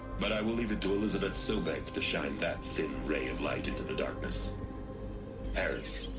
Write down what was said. but i will leave it to elisabet sobeck to shine that thin ray of light into the darkness herres.